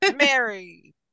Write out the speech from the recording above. Mary